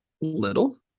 Little